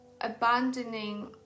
abandoning